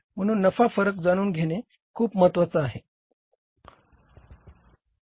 म्हणून नफा फरक जाणून घेणे खूप महत्वाचे आहे